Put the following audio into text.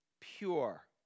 pure